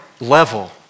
level